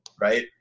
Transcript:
right